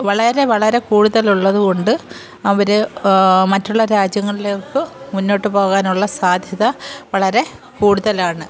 വളരെ വളരെ കുടുതലുള്ളതുകൊണ്ട് അവർ മറ്റുള്ള രാജ്യങ്ങളിലേക്ക് മുന്നോട്ട് പോകാനുള്ള സാധ്യത വളരെ കൂടുതലാണ്